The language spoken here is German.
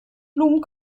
blumen